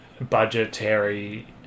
budgetary